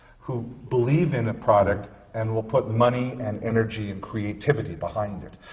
who believe in a product and will put money and energy and creativity behind it.